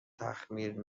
تخمیر